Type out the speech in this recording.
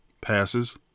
passes